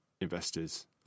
investors